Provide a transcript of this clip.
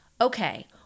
okay